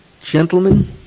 Gentlemen